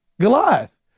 Goliath